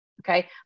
Okay